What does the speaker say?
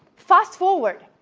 fast-forward,